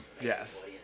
Yes